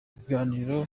ibiganiro